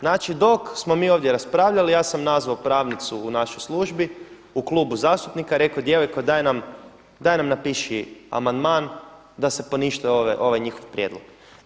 Znači, dok smo mi ovdje raspravljali ja sam nazvao pravnicu u našoj službi u klubu zastupnika, rekao: Djevojko, daj nam napiši amandman da se poništi ovaj njihov prijedlog.